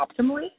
optimally